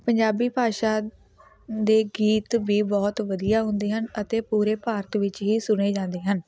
ਪੰਜਾਬੀ ਭਾਸ਼ਾ ਦੇ ਗੀਤ ਵੀ ਬਹੁਤ ਵਧੀਆ ਹੁੰਦੇ ਹਨ ਅਤੇ ਪੂਰੇ ਭਾਰਤ ਵਿੱਚ ਹੀ ਸੁਣੇ ਜਾਂਦੇ ਹਨ